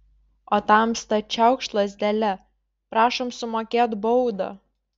o tamsta čiaukšt lazdele prašom sumokėt baudą